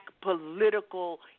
political